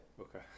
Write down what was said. Okay